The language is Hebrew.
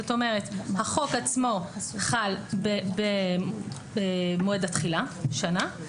זאת אומרת, החוק עצמו חל במועד התחילה שנה,